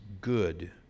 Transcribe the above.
good